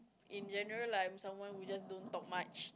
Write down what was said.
in general I'm someone who just don't talk much